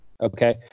Okay